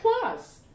plus